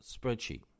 spreadsheet